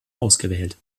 ausgewählt